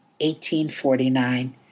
1849